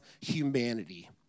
humanity